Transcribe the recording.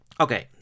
Okay